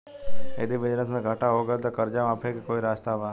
यदि बिजनेस मे घाटा हो गएल त कर्जा माफी के कोई रास्ता बा?